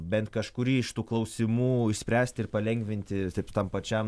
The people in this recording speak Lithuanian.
bent kažkurį iš tų klausimų išspręsti ir palengvinti tam pačiam